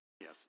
Yes